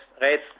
rates